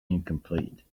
incomplete